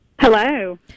hello